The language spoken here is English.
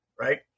right